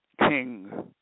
king